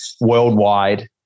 worldwide